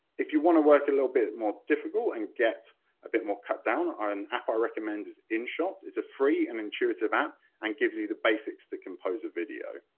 if you want to work a little bit more difficult, and get a bit more cut down, ah an app i recommend is inshot, it's a free and intuitive app and gives you the basics to compose a video.